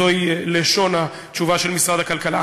זוהי לשון התשובה של משרד הכלכלה.